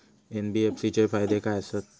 NBFC चे फायदे खाय आसत?